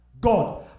God